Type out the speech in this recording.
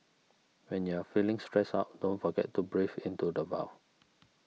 when you are feeling stressed out don't forget to breathe into the void